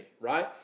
right